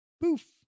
poof